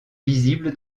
visible